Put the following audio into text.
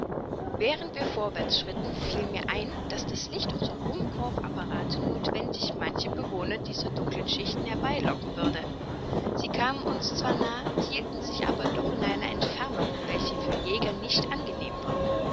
während wir vorwärts schritten fiel mir ein daß das licht unserer ruhmkorff apparate nothwendig manche bewohner dieser dunkeln schichten herbeilocken würde sie kamen uns zwar nahe hielten sich aber doch in einer entfernung welche für jäger nicht angenehm war